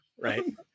right